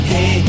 Hey